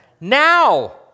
now